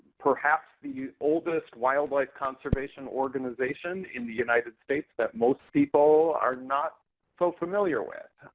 perhaps the oldest wildlife conservation organization in the united states that most people are not so familiar with.